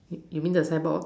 you mean the signboard